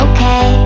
Okay